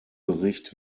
bericht